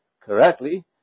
correctly